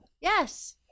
Yes